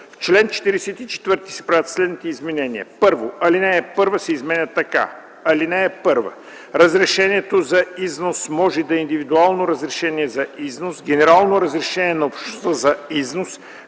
чл. 44 се правят следните изменения: 1. Алинея 1 се изменя така: „(1) Разрешението за износ може да е индивидуално разрешение за износ, генерално разрешение на Общността за износ,